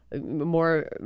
more